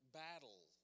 battle